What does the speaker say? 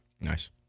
Nice